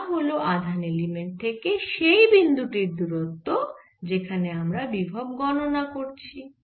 যা হল আধান এলিমেন্ট থেকে সেই বিন্দু টির দূরত্ব যেখানে আমরা বিভব গণনা করছি